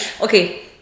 okay